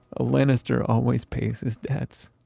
a lannister always pays his debts!